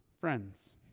friends